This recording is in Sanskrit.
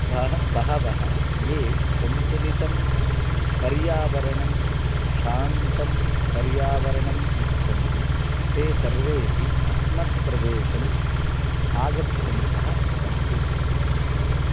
बह बहवः ये सन्तुलितं पर्यावरणं शान्तं पर्यावरणम् इच्छन्ति ते सर्वेपि अस्मत् प्रदेशम् आगच्छन्तः सन्ति